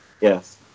Yes